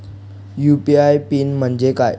UPI pin म्हणजे काय?